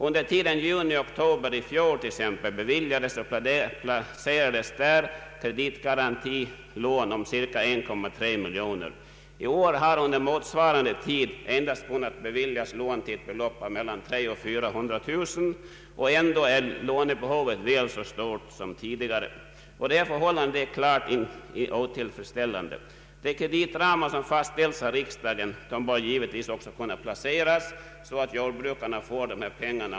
Under tiden juni— oktober i fjol t.ex. beviljades och placerades kreditgarantilån om ca 1,3 miljoner kronor där. I år har under motsvarande tid endast kunnat beviljas lån till ett belopp av mellan 300000 och 400 000 kronor, och ändå är lånebehovet väl så stort som tidigare. Detta förhållande är klart otillfredsställande. De kreditramar som fastställs av riksdagen bör givetvis kunna placeras så att jordbrukarna också får pengar.